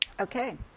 Okay